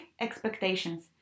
expectations